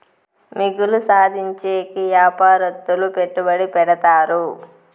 మిగులు సాధించేకి యాపారత్తులు పెట్టుబడి పెడతారు